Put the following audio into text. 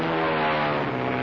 or